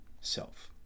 self